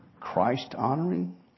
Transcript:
Christ-honoring